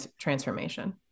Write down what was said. transformation